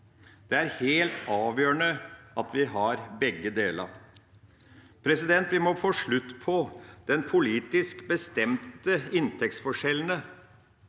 Det er helt avgjørende at vi har begge deler. Vi må få slutt på de politisk bestemte inntektsforskjellene